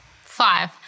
Five